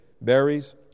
berries